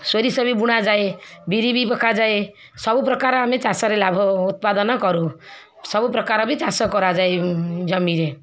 ସୋରିଷ ବି ବୁଣା ଯାଏ ବିରି ବି ପକାଯାଏ ସବୁ ପ୍ରକାର ଆମେ ଚାଷରେ ଲାଭ ଉତ୍ପାଦନ କରୁ ସବୁ ପ୍ରକାର ବି ଚାଷ କରାଯାଏ ଜମିରେ